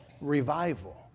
revival